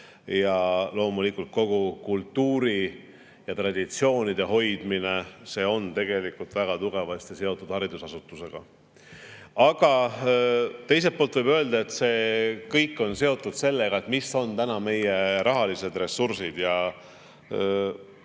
Ja loomulikult, kogu kultuuri ja traditsioonide hoidmine on tegelikult väga tugevasti seotud haridusasutusega. Aga teiselt poolt võib öelda, et see kõik on seotud sellega, mis on täna meie rahalised ressursid. Ma ei küsinud seda